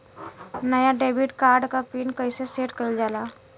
नया debit card क PIN कईसे सेट कईल जाला?